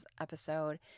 episode